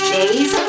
Days